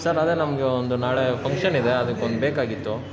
sir ಅದೇ ನಮಗೆ ಒಂದು ನಾಳೆ ಫಂಕ್ಷನ್ನಿದೆ ಅದಕ್ಕೆ ಒಂದು ಬೇಕಾಗಿತ್ತು